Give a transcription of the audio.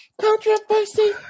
Controversy